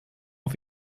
auf